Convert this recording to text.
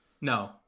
No